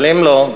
אבל אם לא,